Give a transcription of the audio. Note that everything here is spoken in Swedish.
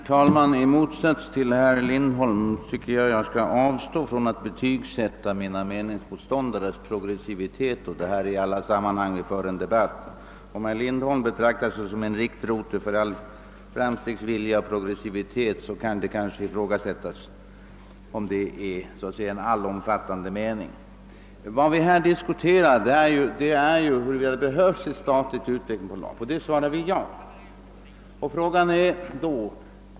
Herr talman! Jag skall avstå från att betygsätta mina meningsmotståndares progressivitet, något som herr Lindholm i olika sammanhang har en benägenhet att göra. Även om herr Lindholm själv betraktar sig som en riktkarl för all framstegsvilja och progressivitet, kan det nog ifrågasättas om det är en allomfattad mening. Vad vi nu diskuterar är huruvida det behövs ett statligt utvecklingsbolag. På det svarar vi ja.